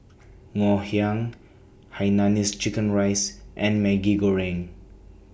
Ngoh Hiang Hainanese Chicken Rice and Maggi Goreng